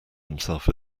himself